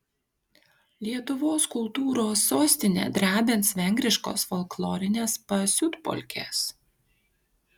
lietuvos kultūros sostinę drebins vengriškos folklorinės pasiutpolkės